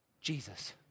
Jesus